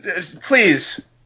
Please